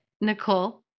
Nicole